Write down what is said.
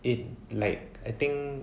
it like I think